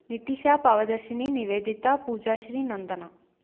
Nithisha Bhavadharshini Niveditha Poojasri Nandana